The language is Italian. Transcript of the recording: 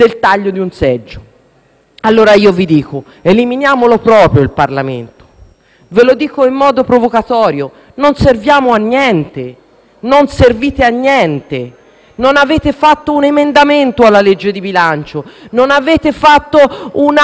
Ve lo dico in modo provocatorio: non serviamo a niente e non servite a niente. Non avete fatto un emendamento alla legge di bilancio, non avete fatto una modifica, non avete posto una questione. *(Applausi dal